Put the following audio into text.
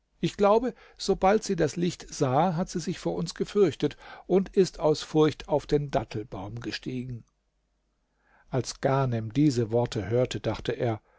ich glaube sobald sie das licht sah hat sie sich vor uns gefürchtet und ist aus furcht auf den dattelbaum gestiegen als ghanem diese worte hörte dachte er